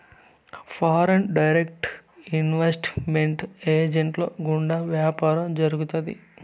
foreign direct investment ఏజెంట్ల గుండా వ్యాపారం జరుగుతాది